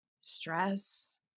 stress